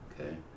Okay